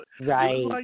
right